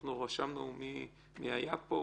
אנחנו רשמנו מי היה פה,